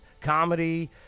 comedy